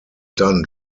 done